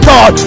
God